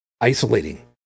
isolating